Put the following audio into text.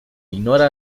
ignora